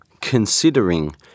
considering